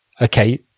okay